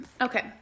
Okay